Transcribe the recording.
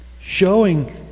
showing